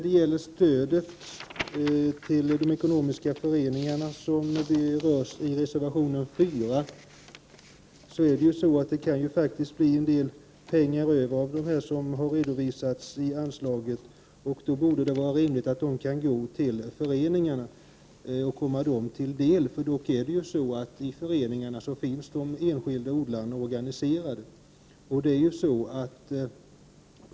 Beträffande stödet till de ekonomiska föreningarna, som berörs i reservation 4, kan det faktiskt bli en hel del pengar över av det som har redovisats i anslaget. Då borde det vara rimligt att det kan gå till föreningarna. De enskilda odlarna är ju organiserade i föreningarna.